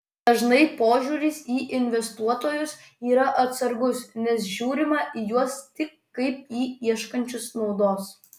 dažnai požiūris į investuotojus yra atsargus nes žiūrima į juos tik kaip į ieškančius naudos